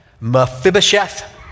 Mephibosheth